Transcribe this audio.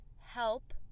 help